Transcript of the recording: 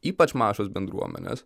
ypač mažos bendruomenės